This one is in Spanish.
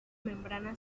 membrana